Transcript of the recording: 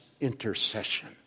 Intercession